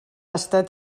estat